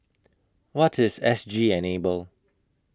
What IS S G Enable